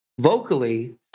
vocally